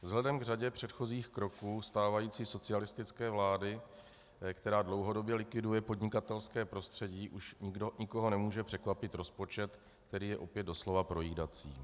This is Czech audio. Vzhledem k řadě předchozích kroků stávající socialistické vlády, která dlouhodobě likviduje podnikatelské prostředí, už nikoho nemůže překvapit rozpočet, který je opět doslova projídací.